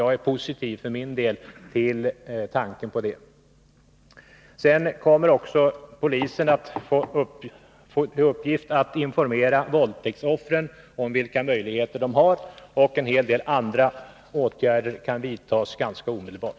För min del är jag positiv till denna tanke. Polisen kommer också att få till uppgift att informera våldtäktsoffren om vilka möjligheter de har, och en hel del andra åtgärder kan vidtas ganska omedelbart.